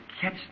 catch